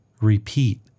repeat